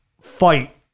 fight